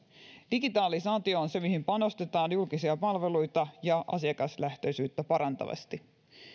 digitalisaatio on se mihin panostetaan julkisia palveluita ja asiakaslähtöisyyttä parantavasti